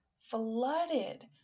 flooded